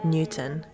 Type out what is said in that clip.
Newton